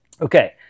Okay